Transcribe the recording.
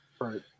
Right